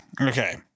Okay